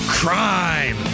Crime